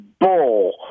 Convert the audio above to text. Bull